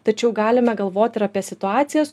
tačiau galime galvot ir apie situacijas